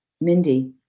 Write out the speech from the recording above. Mindy